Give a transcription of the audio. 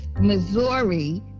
Missouri